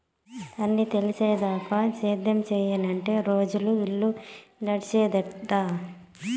అన్నీ తెలిసేదాకా సేద్యం సెయ్యనంటే రోజులు, ఇల్లు నడిసేదెట్టా